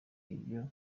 ibyo